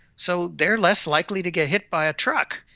so they're less likely to get hit by a truck.